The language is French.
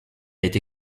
été